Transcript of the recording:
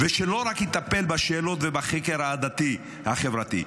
שלא יטפל רק בשאלות ובחקר העדתי-החברתי.